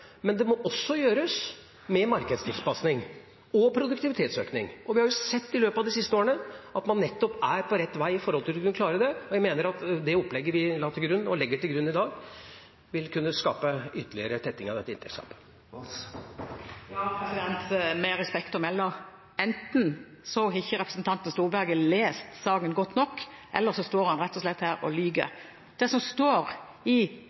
men det må også gjøres med markedstilpasning og produktivitetsøkning, og vi har sett i løpet av de siste årene at man nettopp er på rett vei med hensyn til å kunne klare det. Jeg mener at det opplegget vi la til grunn, og legger til grunn i dag, vil kunne skape ytterligere tetting av dette inntektsgapet. Med respekt å melde: Enten har ikke representanten Storberget lest saken godt nok, eller så står han rett og slett her og lyger. Det som står i